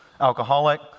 Alcoholic